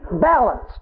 balanced